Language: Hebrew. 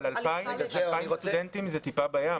זה און טופ של התחומים שקיבלו --- אבל 2,000 סטודנטים זה טיפה בים.